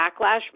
backlash